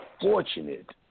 fortunate